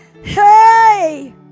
Hey